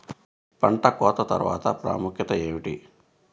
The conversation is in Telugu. పంట కోత తర్వాత ప్రాముఖ్యత ఏమిటీ?